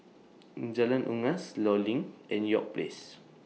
Jalan Unggas law LINK and York Place